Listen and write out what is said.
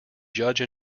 judge